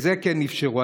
את זה כן אפשרו.